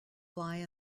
fly